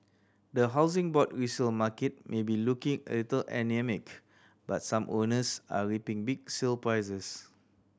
the Housing Board resale market may be looking a little anaemic but some owners are reaping big sale prices